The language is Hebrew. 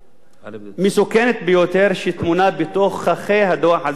שטמונה בתוככי הדוח הזה של אדמונד לוי.